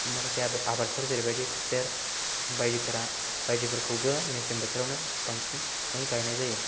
आबादफोर जेरैबायदि खुसेर बायदिफोरखौबो मेसें बोथोरावनो बांसिनै गायनाय जायो